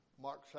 Mark